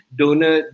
donor